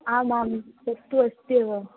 आम् आं तत्तु अस्ति एव